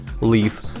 leave